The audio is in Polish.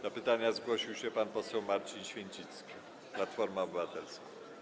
Do pytania zgłosił się pan poseł Marcin Święcicki, Platforma Obywatelska.